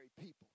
people